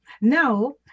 now